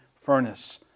furnace